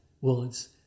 words